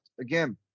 again